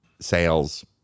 sales